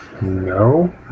no